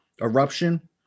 eruption